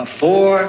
four